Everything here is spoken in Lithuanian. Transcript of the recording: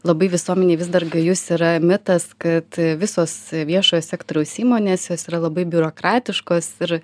labai visuomenėj vis dar gajus yra mitas kad e visos viešojo sektoriaus įmonės jos yra labai biurokratiškos ir